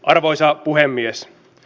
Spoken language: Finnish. arvoisa puhemies